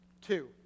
Two